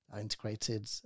integrated